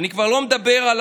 אני כבר לא מדבר על